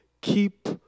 keep